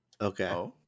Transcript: okay